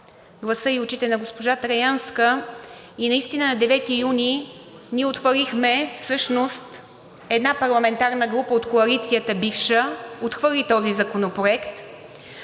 гласа и очите на госпожа Траянска, и наистина на 9 юни ние отхвърлихме, всъщност една парламентарна група от коалицията, бивша, отхвърли този законопроект